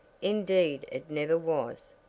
indeed it never was.